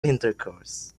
intercourse